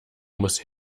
muss